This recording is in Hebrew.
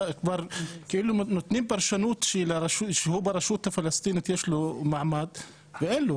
נותנים פרשנות שכאילו ברשות הפלסטינית יש לו מעמד ואין לו.